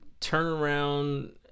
turnaround